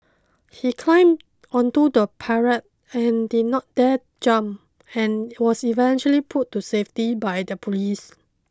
he climbed onto the parapet and did not dare jump and was eventually pulled to safety by the police